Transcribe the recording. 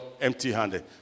empty-handed